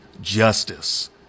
justice